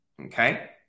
Okay